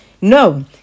no